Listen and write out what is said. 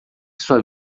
sua